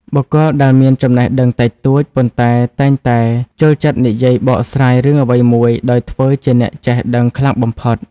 បុគ្គលដែលមានចំណេះដឹងតិចតួច ប៉ុន្តែតែងតែចូលចិត្តនិយាយបកស្រាយរឿងអ្វីមួយដោយធ្វើជាអ្នកចេះដឹងខ្លាំងបំផុត។